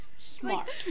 smart